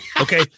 Okay